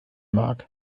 mag